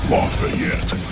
Lafayette